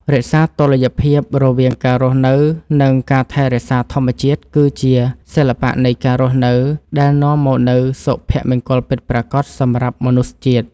រក្សាតុល្យភាពរវាងការរស់នៅនិងការថែរក្សាធម្មជាតិគឺជាសិល្បៈនៃការរស់នៅដែលនាំមកនូវសុភមង្គលពិតប្រាកដសម្រាប់មនុស្សជាតិ។